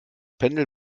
pendel